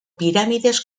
pirámides